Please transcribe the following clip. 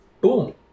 Boom